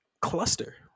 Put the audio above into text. cluster